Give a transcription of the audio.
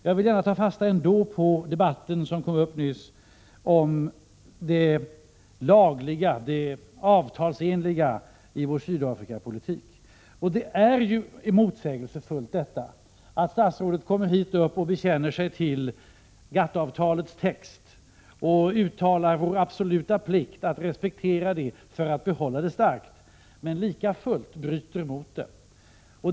Jag vill ändå gärna ta fasta på den debatt som kom upp nyss om det lagliga, avtalsenliga, i vår Sydafrikapolitik. Det är motsägelsefullt att statsrådet bekänner sig till GATT-avtalets text och uttalar vår absoluta plikt att respektera avtalet för att behålla det starkt, men likafullt bryter mot det.